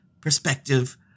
perspective